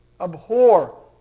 Abhor